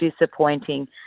disappointing